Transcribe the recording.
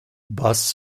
bus